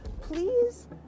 Please